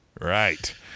right